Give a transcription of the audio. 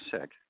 sick